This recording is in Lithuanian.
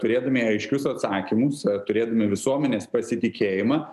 turėdami aiškius atsakymus turėdami visuomenės pasitikėjimą